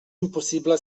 impossible